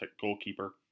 goalkeeper